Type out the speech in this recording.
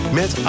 Met